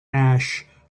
ash